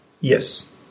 Yes